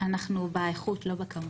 אנחנו באיכות, לא בכמות,